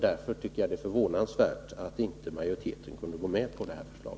Därför tycker jag det är förvånansvärt att inte majoriteten kunde gå med på detta förslag.